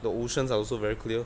the oceans are also very clear